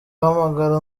ahamagara